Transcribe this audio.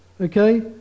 Okay